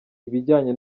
ibijyanye